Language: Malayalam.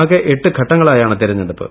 ആകെ എട്ടു ി ഘട്ടങ്ങളായാണ് തെരഞ്ഞെടുപ്പ്